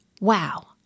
Wow